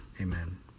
Amen